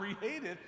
created